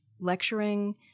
lecturing